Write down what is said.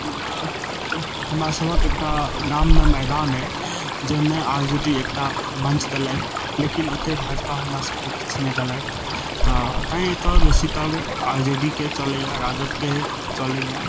हमरा सभक एकटा गाममे मैदान अइ जइमे आर जे डी एकटा मञ्च देलथि लेकिन ओतय भाजपा हमरा सभके किछु नहि देलथि तऽ तैँ एतय बेसी तक आर जे डी के चलइए राजदके चलइए